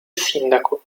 sindaco